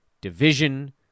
division